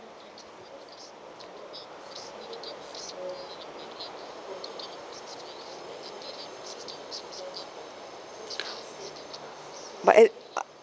but it